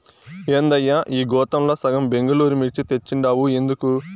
ఏందయ్యా ఈ గోతాంల సగం బెంగళూరు మిర్చి తెచ్చుండావు ఎందుకు